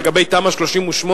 לגבי תמ"א 38,